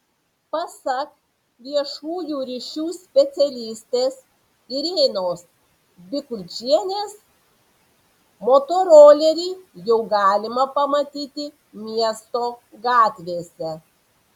pasak viešųjų ryšių specialistės irenos bikulčienės motorolerį jau galima pamatyti miesto gatvėse